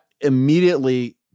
immediately